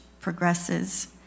progresses